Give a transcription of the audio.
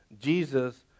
Jesus